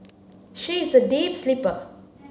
she is a deep sleeper